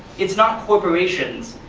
it's not corporations,